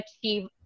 achieve